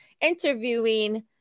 interviewing